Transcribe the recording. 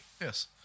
Yes